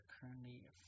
currently